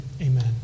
Amen